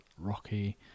Rocky